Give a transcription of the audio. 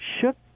shook